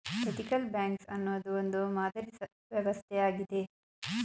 ethical banks ಅನ್ನೋದು ಒಂದು ಮಾದರಿ ವ್ಯವಸ್ಥೆ ಆಗಿದೆ